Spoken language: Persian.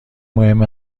مهم